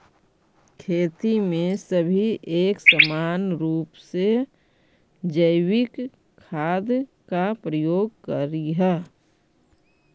खेती में सभी एक समान रूप से जैविक खाद का प्रयोग करियह